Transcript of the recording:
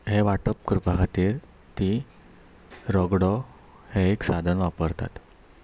हें वांटप करपा खातीर ती रगडो हे एक साधन वापरतात